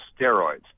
steroids